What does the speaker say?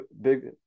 big